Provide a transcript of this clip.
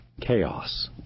Chaos